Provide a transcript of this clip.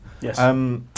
Yes